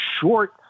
short